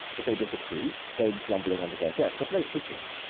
if they disapprove, there is grumbling under their breath, but no hissing.